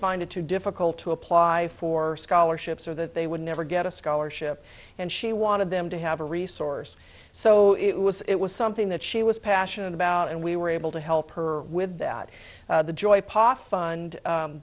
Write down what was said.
find it too difficult to apply for scholarships or that they would never get a scholarship and she wanted them to have a resource so it was it was something that she was passionate about and we were able to help her with that the joy